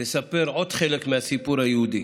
לספר עוד חלק מהסיפור היהודי,